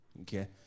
okay